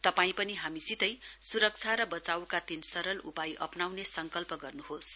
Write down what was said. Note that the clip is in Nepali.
तपाईं पनि हामीसितै सुरक्षा र बचाईका तीन सरल उपाय अप्नाउने संकल्प गर्नुहोस